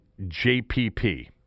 JPP